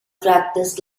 practiced